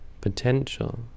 potential